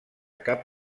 cap